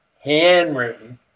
handwritten